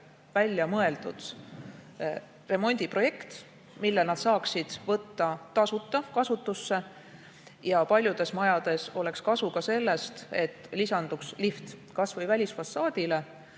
välja mõeldud remondiprojekt, mille nad saaksid võtta tasuta kasutusse. Paljudes majades oleks kasu kas või sellest, et lisanduks lift välisfassaadile.